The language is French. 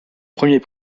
premier